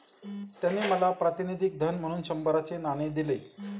त्याने मला प्रातिनिधिक धन म्हणून शंभराचे नाणे दिले